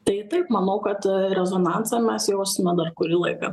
tai taip manau kad rezonansą mes jausime dar kurį laiką